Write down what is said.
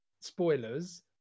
Spoilers